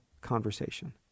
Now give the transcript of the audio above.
conversation